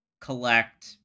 collect